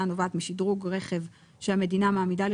הנובעת הכנסה הנובעת משדרוג רכב שהמדינה מעמידה משדרוג רכב